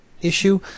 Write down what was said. issue